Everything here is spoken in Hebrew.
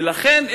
ולכן,